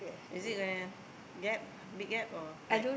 is it gonna gap big gap or like